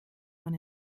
man